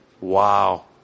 Wow